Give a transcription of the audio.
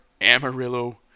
Amarillo